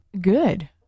good